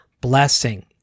blessing